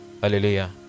hallelujah